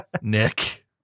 Nick